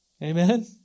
Amen